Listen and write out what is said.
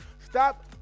Stop